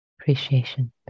appreciation